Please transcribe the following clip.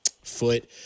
foot